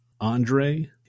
Andre